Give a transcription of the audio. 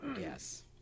Yes